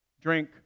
drink